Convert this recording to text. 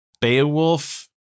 Beowulf